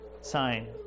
sign